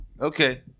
Okay